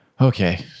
Okay